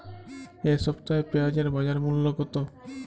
এ সপ্তাহে পেঁয়াজের বাজার মূল্য কত?